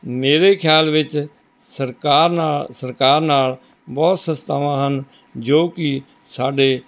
ਮੇਰੇ ਖ਼ਿਆਲ ਵਿੱਚ ਸਰਕਾਰ ਨਾਲ ਸਰਕਾਰ ਨਾਲ ਬਹੁਤ ਸੰਸਥਾਵਾਂ ਹਨ ਜੋ ਕਿ ਸਾਡੇ